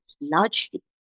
largely